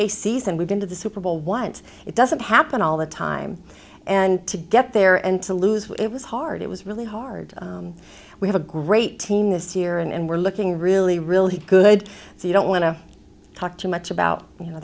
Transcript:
season we've been to the super bowl once it doesn't happen all the time and to get there and to lose it was hard it was really hard we have a great team this year and we're looking really really good so you don't want to talk too much about you know